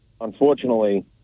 unfortunately